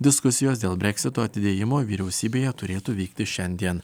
diskusijos dėl breksito atidėjimo vyriausybėje turėtų vykti šiandien